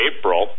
April